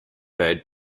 bird